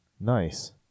Nice